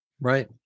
Right